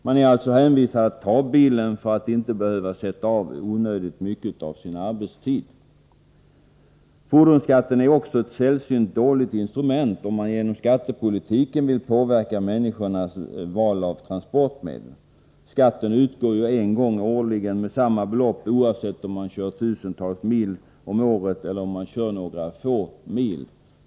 Man är alltså hänvisad till att ta bilen, för att inte behöva sätta av onödigt mycket av sin arbetstid. Fordonsskatten är också ett sällsynt dåligt instrument, om man genom skattepolitiken vill påverka människornas val av transportmedel. Skatten utgår ju en gång årligen med samma belopp, oavsett om man kör tusentals mil om året eller om man kör några få mil.